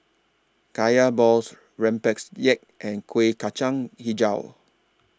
Kaya Balls Rempeyek and Kuih Kacang Hijau